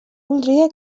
voldria